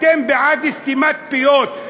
אתם בעד סתימת פיות,